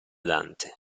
dante